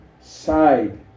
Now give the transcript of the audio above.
side